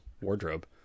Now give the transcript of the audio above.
wardrobe